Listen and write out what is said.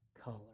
color